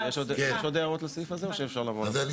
אבל אנחנו נגדיר את זה.